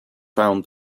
found